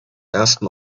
ersten